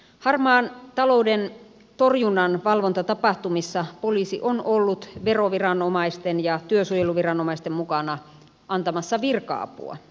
harmaan talouden torjunnan valvontatapahtumissa poliisi on ollut veroviranomaisten ja työsuojeluviranomaisten mukana antamassa virka apua